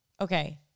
okay